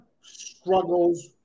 struggles